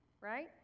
right